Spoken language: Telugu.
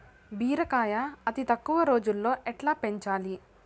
బీరకాయ అతి తక్కువ రోజుల్లో ఎట్లా పెంచాలి?